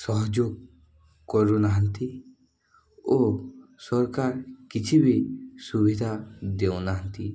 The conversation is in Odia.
ସହଯୋଗ କରୁନାହାନ୍ତି ଓ ସରକାର କିଛି ବି ସୁବିଧା ଦେଉନାହାନ୍ତି